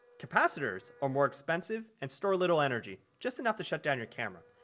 capacitors are more expensive and store little energy, just enough to shut down your camera.